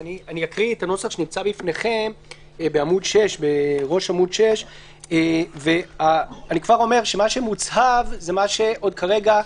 אני אקריא את הנוסח שנמצא בפניכם בראש עמ' 6. אני כבר אומר שמה שמוצהב זה מה שלא ידון עכשיו.